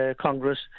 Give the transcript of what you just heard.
Congress